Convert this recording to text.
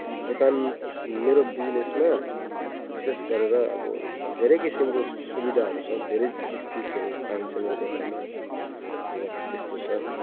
दोकान मेरो बिजिनेसमा विशेष गरेर अब धेरै किसिमको सुविधाहरू छ धेरै चिजहरू पाइन्छ मेरो दोकानमा र त्यस्तो छ